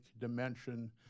dimension